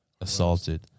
assaulted